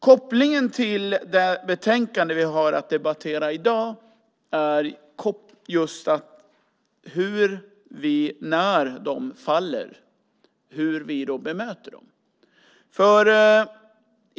Kopplingen till det betänkande som vi har att debattera i dag är just hur vi bemöter dem när de faller.